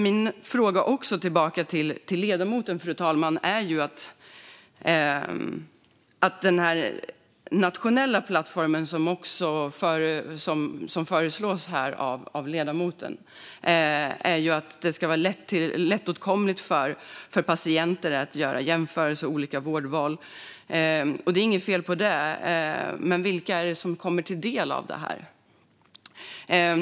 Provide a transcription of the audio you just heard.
Min fråga tillbaka till ledamoten gäller den nationella plattformen, som föreslås här av ledamoten. Det ska där vara lättåtkomligt för patienter att göra jämförelser och olika vårdval. Och det är inget fel på det - men vilka är det som kommer att ta del av det här?